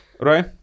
right